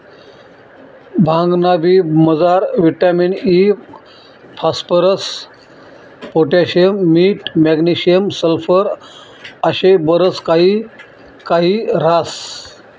भांगना बी मजार विटामिन इ, फास्फरस, पोटॅशियम, मीठ, मॅग्नेशियम, सल्फर आशे बरच काही काही ह्रास